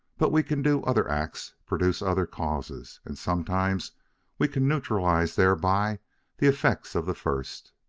but we can do other acts, produce other causes, and sometimes we can neutralize thereby the effects of the first.